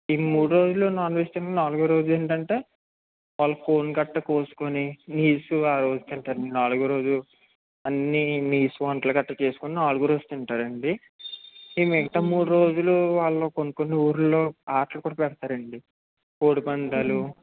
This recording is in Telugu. ఈ మూడు రోజులు నాన్ వెజ్ తినరు నాలుగో రోజు ఏంటంటే వాళ్ళు కోడిని గట్ట కోసుకొని నీసు ఆ రోజు తింటారు నాలుగో రోజు అన్ని నీసు వంటలు గట్ట చేసుకొని నాలుగో రోజు తింటారండి ఇంక మిగతా మూడు రోజులు వాళ్ళు కొన్ని కొన్ని ఊర్లలో ఆటల పోటీలు పెడతారండి కోడి పంద్యాలు